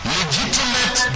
legitimate